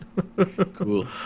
Cool